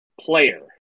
player